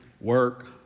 work